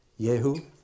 Yehu